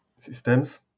systems